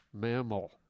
mammal